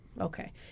Okay